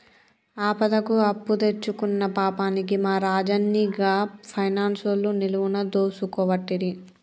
ఆపదకు అప్పుదెచ్చుకున్న పాపానికి మా రాజన్ని గా పైనాన్సోళ్లు నిలువున దోసుకోవట్టిరి